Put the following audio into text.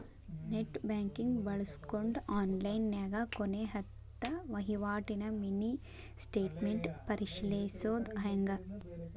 net banking ಬಳ್ಸ್ಕೊಂಡ್ ಆನ್ಲೈನ್ಯಾಗ ಕೊನೆ ಹತ್ತ ವಹಿವಾಟಿನ ಮಿನಿ ಸ್ಟೇಟ್ಮೆಂಟ್ ಪರಿಶೇಲಿಸೊದ್ ಹೆಂಗ